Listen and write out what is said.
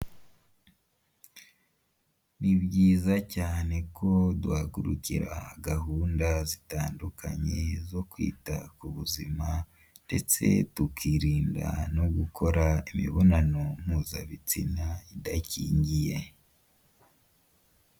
Ni byiza cyane ko duhagurukira gahunda zitandukanye zo kwita ku buzima ndetse tukirinda no gukora imibonano mpuzabitsina idakingiye.